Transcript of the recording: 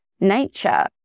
nature